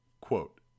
Quote